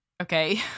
Okay